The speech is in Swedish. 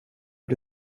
bli